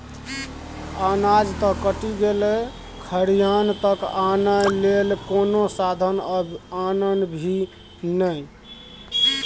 अनाज त कटि गेलै खरिहान तक आनय लेल कोनो साधन आनभी ने